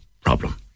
problem